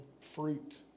fruit